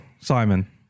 Simon